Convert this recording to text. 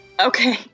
Okay